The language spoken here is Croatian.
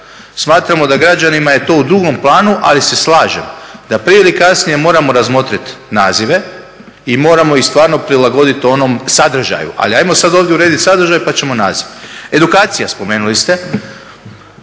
Smatramo da građanima je to u drugom planu, ali se slažem da prije ili kasnije moramo razmotriti nazive i moramo ih stvarno prilagoditi onom sadržaju. Ali hajmo sad ovdje urediti sadržaj, pa ćemo naziv. Edukacija, spomenuli ste